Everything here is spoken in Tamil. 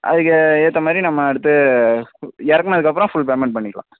அதுக்கு ஏ ஏற்ற மாதிரி நம்ம அடுத்து இறக்குனதுக்கப்பறம் ஃபுல் பேமெண்ட் பண்ணிக்கலாம்